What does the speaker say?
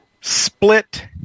split